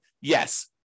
yes